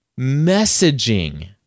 messaging